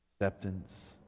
acceptance